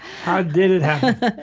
how did it happen?